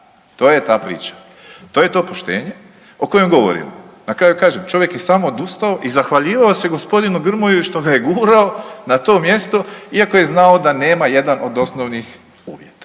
To je ta priča, to je to poštenje o kojem govorimo. Na kraju kažem čovjek je sam odustao i zahvaljivao se gospodinu Grmoji što ga je gurao na to mjesto iako je znao da nema jedan od osnovnih uvjeta.